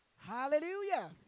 Hallelujah